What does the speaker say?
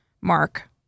Mark